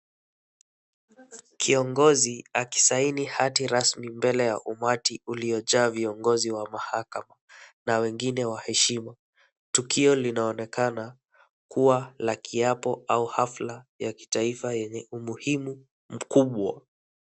Kiongozi akisaini hati rasmi mbele ya umati uliyojaa vinongozi wa mahakama na wengine wa heshima. Tukio linaonekana kuwa la kiapo au hafla ya kitaifa yenye umuhimu mkubwa.